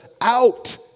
out